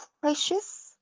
precious